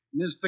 Mr